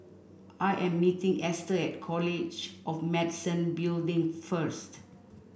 I am meeting Ester at College of Medicine Building first